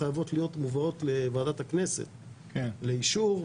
חייבות להיות מובאות לוועדת הכנסת לאישור,